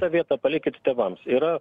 tą vietą palikit tėvams yra